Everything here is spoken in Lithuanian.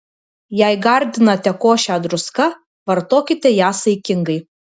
jei gardinate košę druska vartokite ją saikingai